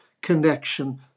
connection